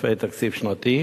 עודפי תקציב שנתי: